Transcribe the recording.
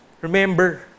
Remember